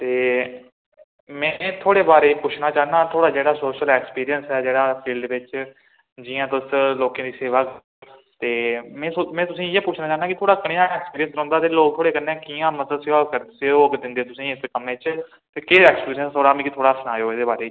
ते में थुआढ़े बारै च पुच्छना चाह्न्नां थुआढ़ा जेह्ड़ा सोशल एक्सपीरियंस ऐ जेह्ड़ा फील्ड बिच जि'यां तुस लोकें दी सेवा ते में सो में तुसें ई इ'यै पुच्छना चाह्न्नां कि थुआढ़ा कनेहा एक्सपीरियंस रौंह्दा ते लोक थुआढ़े कन्नै कि'यां मतलब सैह्योग करदे सैह्योग दिंदे तुसेईं इस कम्मै च ते केह् एक्सपीरियंस थुआढ़ा मिगी थुआढ़ा सनाएओ एह्दे बारै च